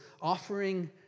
offering